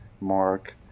Mark